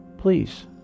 Please